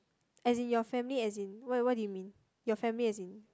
as in your family as in what what do you mean your family as in